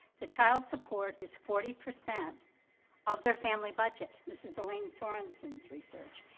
the child support is forty percent of their family budget. this is elaine sorensen's research.